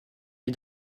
vit